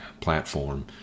platform